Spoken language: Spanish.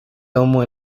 domo